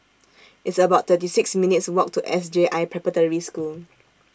It's about thirty six minutes' Walk to S J I Preparatory School